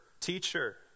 teacher